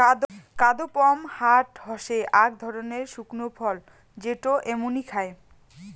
কাদপমহাট হসে আক ধরণের শুকনো ফল যেটো এমনি খায়